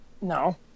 No